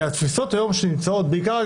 התפיסות היום שנמצאות בעיקר,